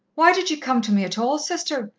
why did ye come to me at all, sister?